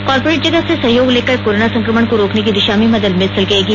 corporate जगत से सहयोग लेकर कोरोना संक्रमण को रोकने की दिशा में मदद मिल सकेगी